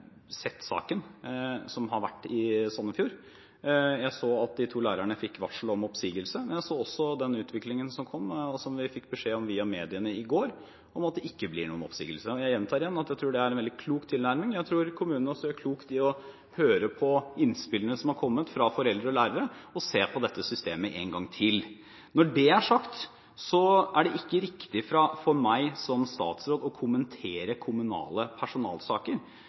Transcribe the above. sett saken som har vært i Sandefjord. Jeg så at de to lærerne fikk varsel om oppsigelse, men jeg så også den videre utviklingen, som vi fikk beskjed om via mediene i går, om at det ikke blir noen oppsigelse. Jeg gjentar igjen at jeg tror det er en veldig klok tilnærming; jeg tror kommunen også gjør klokt i å høre på innspillene som har kommet fra foreldre og lærere, og se på dette systemet en gang til. Når det er sagt, så er det ikke riktig for meg som statsråd å kommentere kommunale personalsaker,